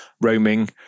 roaming